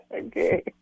Okay